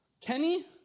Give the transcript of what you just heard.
Kenny